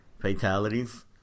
Fatalities